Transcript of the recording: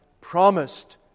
promised